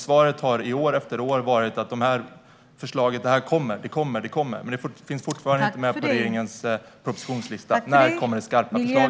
Svaret har år efter år varit att förslagen kommer, men de finns fortfarande inte med på regeringens propositionslista. När kommer skarpa förslag?